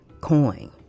coin